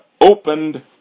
opened